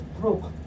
broke